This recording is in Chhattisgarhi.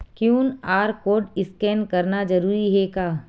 क्यू.आर कोर्ड स्कैन करना जरूरी हे का?